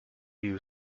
you